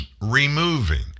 Removing